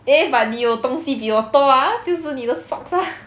eh but 你有东西比我多 ah 就是你的 socks ah